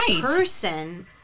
person